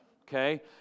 okay